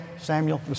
Samuel